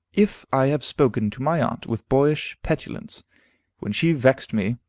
if i have spoken to my aunt with boyish petulance when she vexed me,